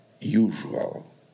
usual